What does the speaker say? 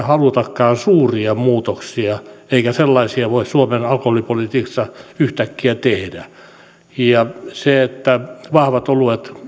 halutakaan suuria muutoksia eikä sellaisia voi suomen alkoholipolitiikassa yhtäkkiä tehdä se että vahvat oluet